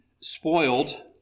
spoiled